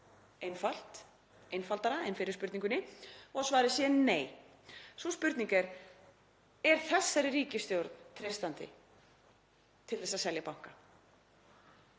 henni sé einfaldara en við fyrri spurningunni og svarið sé: Nei. Sú spurning er: Er þessari ríkisstjórn treystandi til að selja banka?